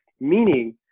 meaning